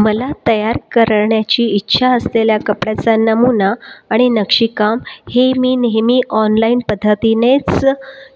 मला तयार करण्याची इच्छा असलेल्या कपड्याचा नमुना आणि नक्षीकाम हे मी नेहमी ऑनलाईन पद्धतीनेच